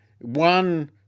One